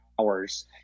hours